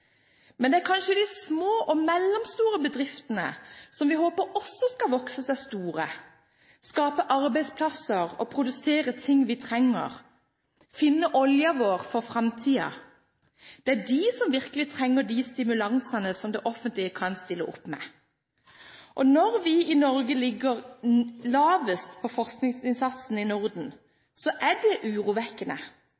Men det er kanskje de små og mellomstore bedriftene – som vi håper også skal vokse seg store, skape arbeidsplasser og produsere ting vi trenger, finne oljen vår for framtiden – som virkelig trenger de stimulansene som det offentlige kan stille opp med. Når vi i Norge har lavest forskningsinnsats i Norden,